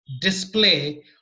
display